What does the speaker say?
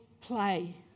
play